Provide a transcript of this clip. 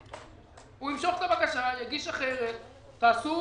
הוא ימשוך את הבקשה, יגיש אחרת, תעשו